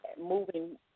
moving